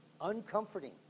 uncomforting